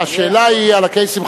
השאלה היא על הקייסים,